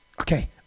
okay